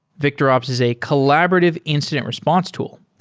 victorops is a collaborative incident response tool,